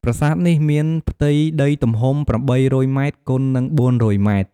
ប្រាសាទនេះមានផ្ទៃដីទំហំ ៨០០ ម៉ែត្រគុណនឹង ៤០០ ម៉ែត្រ។